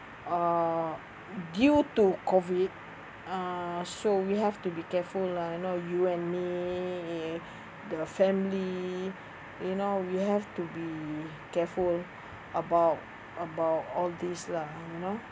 uh due to COVID uh so we have to be careful lah you know you and me the family you know you have to be careful about about all this lah you know